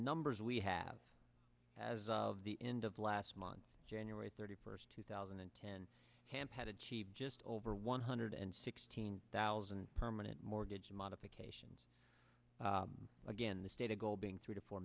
numbers we have as of the end of last month january thirty first two thousand and ten camp had achieved just over one hundred and sixteen thousand permanent mortgage modifications again the stated goal being three to four